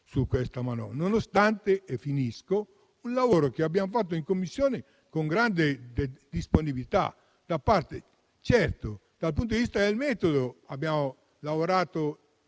su questa manovra, nonostante - e finisco - il lavoro che abbiamo svolto in Commissione, con grande disponibilità. Certo, dal punto di vista del metodo, abbiamo lavorato